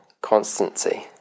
constancy